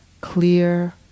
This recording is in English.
Clear